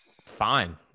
fine